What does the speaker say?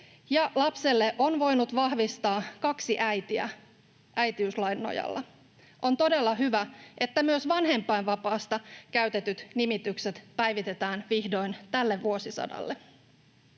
lapselle on voinut vahvistaa kaksi äitiä äitiyslain nojalla. On todella hyvä, että myös vanhempainvapaasta käytetyt nimitykset päivitetään vihdoin tälle vuosisadalle.